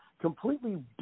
completely